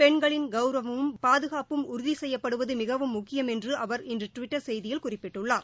பெண்களின் கௌரவமும் பாதகாப்பும் உறுதி செய்யப்படுவது மிகவும் முக்கியம் என்று அவர் இன்று டுவிட்டர் செய்தியில் குறிப்பிட்டுள்ளார்